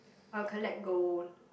I will collect gold